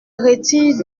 retire